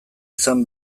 izan